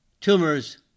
tumors